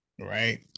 right